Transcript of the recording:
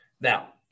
Now